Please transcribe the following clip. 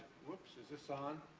whoops, is this on?